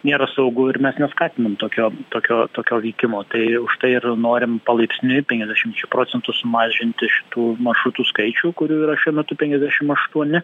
nėra saugu ir mes neskatinam tokio tokio tokio veikimo tai užtai ir norim palaipsniui penkiasdešimčia procentų sumažinti šitų maršrutų skaičių kurių yra šiuo metu penkiasdešim aštuoni